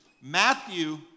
Matthew